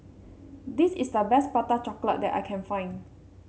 this is the best Prata Chocolate that I can find